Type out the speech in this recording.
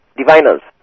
diviners